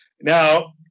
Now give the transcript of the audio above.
Now